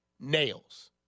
nails